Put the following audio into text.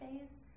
phase